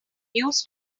news